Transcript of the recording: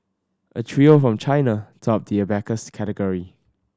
a trio from China topped the abacus category